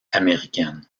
américaine